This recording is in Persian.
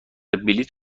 بلیط